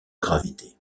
gravité